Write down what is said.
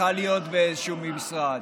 צריכה להיות באיזשהו משרד.